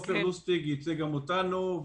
עופר לוסטיג ייצג גם אותנו.